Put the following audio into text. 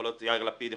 יכול להיות יאיר לפיד,